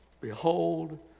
Behold